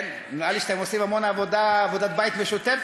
כן, נראה לי שאתם עושים המון עבודת בית משותפת.